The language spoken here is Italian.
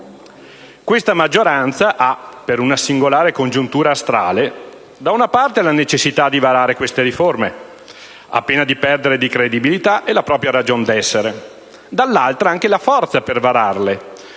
Questa maggioranza ha, per una singolare congiuntura astrale, da una parte la necessità di varare queste riforme, a pena di perdere credibilità e la propria ragione di essere e, dall'altra, anche la forza per vararle,